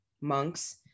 monks